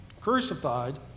crucified